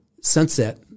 sunset